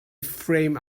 frame